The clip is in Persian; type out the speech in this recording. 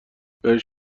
بهش